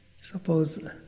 Suppose